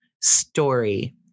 story